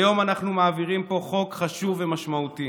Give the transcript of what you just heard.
היום אנחנו מעבירים פה חוק חשוב ומשמעותי